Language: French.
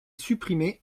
supprimée